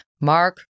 Mark